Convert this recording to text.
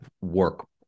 work